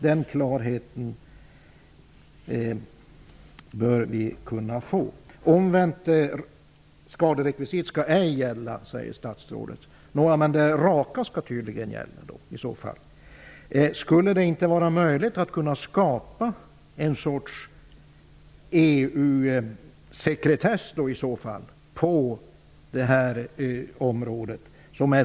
Den klarheten bör vi kunna få. Statsrådet säger att omvänt skaderekvisit ej skall gälla. Men i så fall skall tydligen det raka gälla. Skulle det inte vara möjligt att skapa ett slags EU sekretess på området?